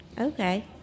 Okay